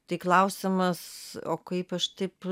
tai klausimas o kaip aš taip